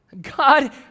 God